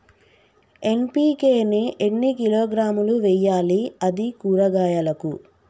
NPK ని ఎన్ని కిలోగ్రాములు వెయ్యాలి? అది కూరగాయలకు?